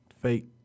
fake